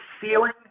ceiling